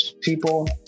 people